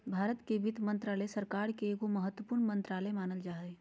भारत के वित्त मन्त्रालय, सरकार के एगो महत्वपूर्ण मन्त्रालय मानल जा हय